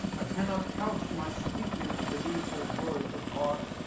i cannot couch my speeches with the needful words of art,